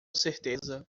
certeza